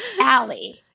Allie